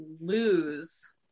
lose